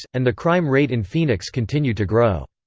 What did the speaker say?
and the crime rate in phoenix continued to grow.